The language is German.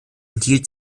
enthielt